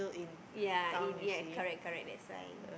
ya yes correct correct that's why